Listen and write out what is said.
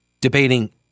debating